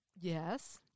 Yes